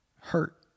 hurt